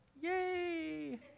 Yay